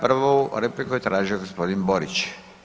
Prvu repliku je tražio gospodin Borić.